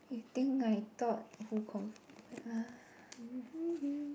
you think I thought who confir~ waith ah